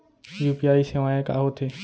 UPI सेवाएं का होथे?